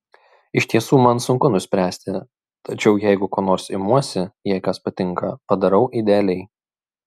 iš tiesų man sunku nuspręsti tačiau jeigu ko nors imuosi jei kas patinka padarau idealiai